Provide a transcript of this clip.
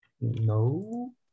no